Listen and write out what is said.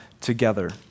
together